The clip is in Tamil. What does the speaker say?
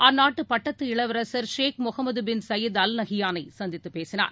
அந்நாட்டு பட்டத்து இளவரசர் Sheikh Mohamed bin Zayed Al Nahyan ஐ சந்தித்துப் பேசினார்